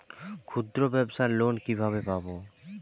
ক্ষুদ্রব্যাবসার লোন কিভাবে পাব?